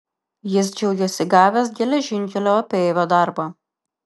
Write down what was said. jis džiaugėsi gavęs geležinkelio apeivio darbą